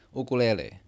ukulele